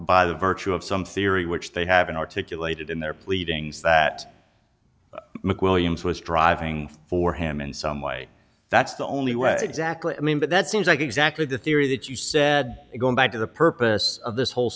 by the virtue of some theory which they haven't articulated in their pleadings that mcwilliams was driving for him in some way that's the only way exactly i mean but that seems like exactly the theory that you said going back to the purpose of this whole